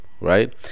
right